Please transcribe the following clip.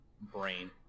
brain